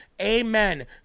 amen